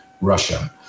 Russia